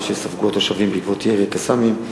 שספגו התושבים בעקבות ירי ה"קסאמים".